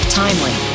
timely